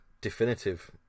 definitive